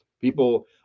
People